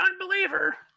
unbeliever